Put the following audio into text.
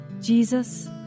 Jesus